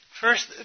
First